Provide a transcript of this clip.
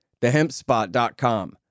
TheHempSpot.com